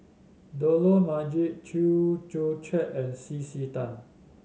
Dollah Majid Chew Joo Chiat and C C Tan